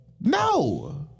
No